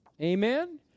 Amen